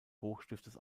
hochstiftes